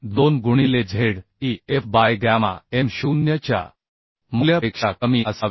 2 गुणिले z e f by gamma m0 च्या मूल्यापेक्षा कमी असावे